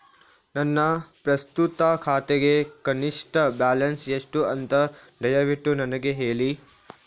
ನನ್ನ ಪ್ರಸ್ತುತ ಖಾತೆಗೆ ಕನಿಷ್ಠ ಬ್ಯಾಲೆನ್ಸ್ ಎಷ್ಟು ಅಂತ ದಯವಿಟ್ಟು ನನಗೆ ಹೇಳಿ